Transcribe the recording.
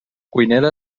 cuinera